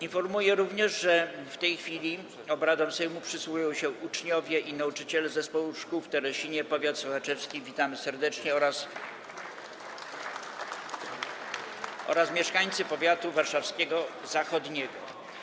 Informuję również, że w tej chwili obradom Sejmu przysłuchują się uczniowie i nauczyciele z Zespołu Szkół w Teresinie, powiat sochaczewski - witamy serdecznie - oraz mieszkańcy powiatu warszawskiego zachodniego.